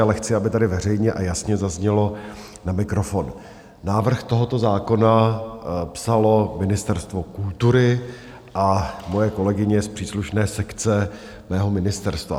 Ale chci, aby tady veřejně a jasně zaznělo na mikrofon: návrh tohoto zákona psalo Ministerstvo kultury a moje kolegyně z příslušné sekce mého ministerstva.